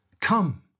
Come